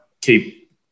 keep